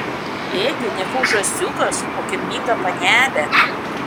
ėgi ne koks žąsiukas o kilminga panelė